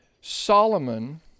Solomon